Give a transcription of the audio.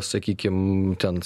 sakykim ten